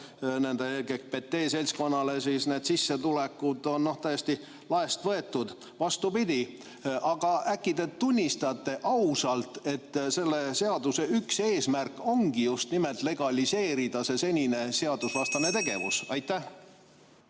LGBT seltskonnale, need sissetulekud, oli täiesti laest võetud. Vastupidi. Aga äkki te tunnistate ausalt, et selle seaduse üks eesmärke ongi just nimelt legaliseerida see senine seadusvastane tegevus? Aitäh,